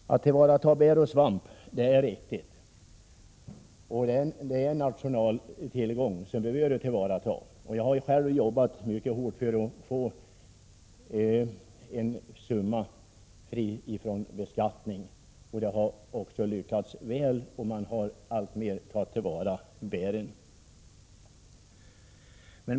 Att tillvarata bär och svamp är riktigt. Bär och svamp är en nationaltillgång som vi bör tillvarata. Jag har själv arbetat mycket hårt för att människor skulle kunna tjäna en summa fri från beskattning, och jag har också lyckats väl. Man har alltmer börjat ta till vara bären.